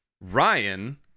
Ryan